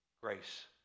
Grace